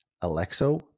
Alexo